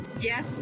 Yes